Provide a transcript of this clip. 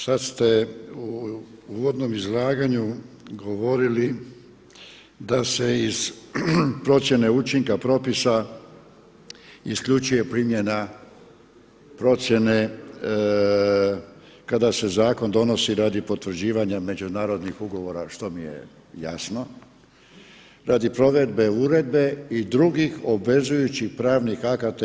Sada ste u uvodnom izlaganju govorili da se iz procjene učinka propisa isključuje primjena procjene kada se zakon donosi radi potvrđivanja međunarodnih ugovora, što mi je jasno, radi provedbe uredbe i drugih obvezujućih pravnih akata EU.